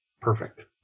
Perfect